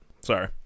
sorry